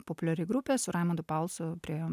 populiari grupė su raimandu palsu prie jom